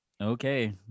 Okay